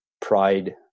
pride